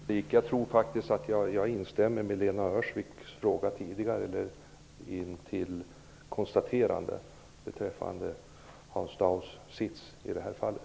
Herr talman! Jag tror faktiskt att jag instämmer i Lena Öhrsviks konstaterande tidigare beträffande Hans Daus sits i det här fallet.